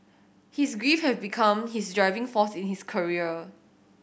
his grief had become his driving force in his career